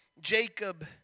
Jacob